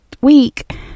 week